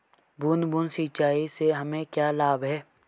बूंद बूंद सिंचाई से हमें क्या लाभ है?